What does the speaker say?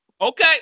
Okay